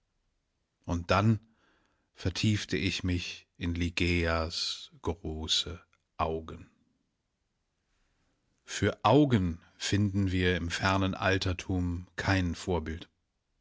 und dann vertiefte ich mich in ligeias große augen für augen finden wir im fernen altertum kein vorbild